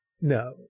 no